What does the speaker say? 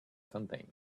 contained